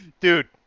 dude